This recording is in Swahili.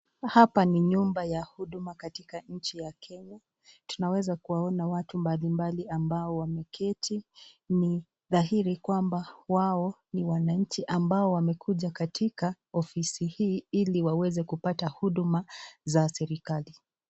Hapa ni nyumba ya huduma katika nchi ya Kenya, tunaweza kuona watu mbalimbali ambao wameketi ni dhahiri kwamba wao ni wananchi ambao wamekuja katika ofisi hii ili waweze kupata huduma za serikali.